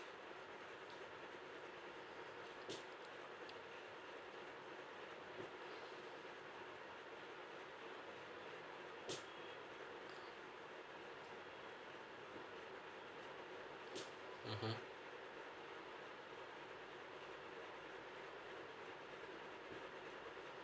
mmhmm